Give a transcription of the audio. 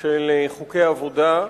של חוקי עבודה,